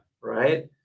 Right